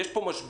יש פה משבר,